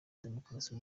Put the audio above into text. demokrasi